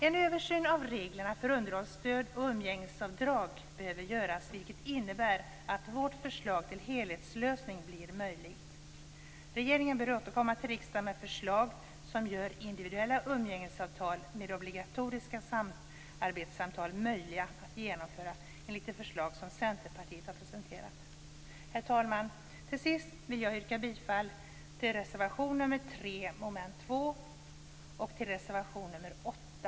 En översyn av reglerna för underhållsstöd och umgängesavdrag behöver göras. Det skulle kunna innebära att vårt förslag till helhetslösning blir möjlig. Regeringen bör återkomma till riksdagen med förslag som gör individuella umgängesavtal med obligatoriska samarbetssamtal möjliga att genomföra enligt det förslag som Centerpartiet har presenterat. Herr talman! Till sist vill jag yrka bifall till reservation nr 3 under mom. 2 och till reservation nr 8